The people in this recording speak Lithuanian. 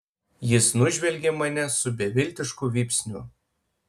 jis nužvelgė mane su beviltišku vypsniu